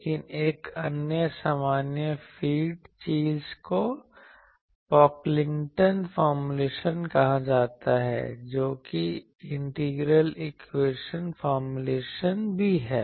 लेकिन एक अन्य सामान्य फीड चीज़ को पोकलिंगटन फॉर्मूलेशन कहा जाता है जो कि इंटीग्रल इक्वेशन फॉर्मूलेशन भी है